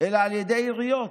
אלא על ידי עיריות.